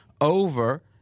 over